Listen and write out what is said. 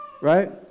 right